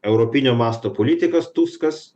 europinio masto politikas tuskas